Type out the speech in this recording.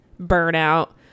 burnout